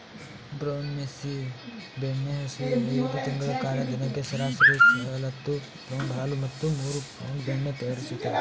brown Bessie ಬೆಣ್ಣೆಹಸು ಐದು ತಿಂಗಳ ಕಾಲ ದಿನಕ್ಕೆ ಸರಾಸರಿ ನಲವತ್ತು ಪೌಂಡ್ ಹಾಲು ಮತ್ತು ಮೂರು ಪೌಂಡ್ ಬೆಣ್ಣೆ ತಯಾರಿಸ್ತದೆ